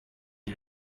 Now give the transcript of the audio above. ihr